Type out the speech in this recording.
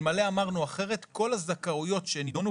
שאלמלא אמרנו אחרת כל הזכאויות שנידונו